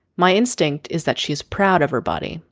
my instinct is that she is proud of her body.